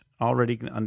already